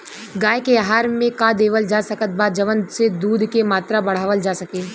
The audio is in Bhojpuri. गाय के आहार मे का देवल जा सकत बा जवन से दूध के मात्रा बढ़ावल जा सके?